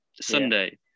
Sunday